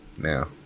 now